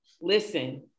Listen